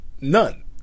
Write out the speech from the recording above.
None